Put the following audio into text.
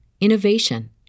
innovation